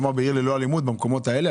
כלומר, ב"עיר ללא אלימות", במקומות האלה?